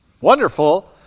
wonderful